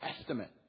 estimate